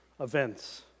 events